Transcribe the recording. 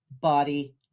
body